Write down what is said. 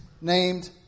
named